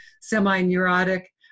semi-neurotic